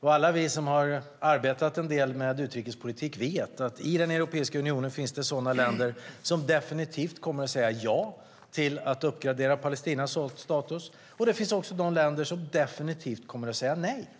Och alla vi som har arbetat en del med utrikespolitik vet att i Europeiska unionen finns det länder som definitivt kommer att säga ja till att uppgradera Palestinas status och att det också finns länder som definitivt kommer att säga nej.